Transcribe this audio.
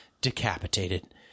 decapitated